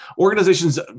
organizations